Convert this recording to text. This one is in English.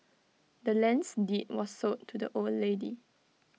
the land's deed was sold to the old lady